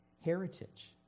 heritage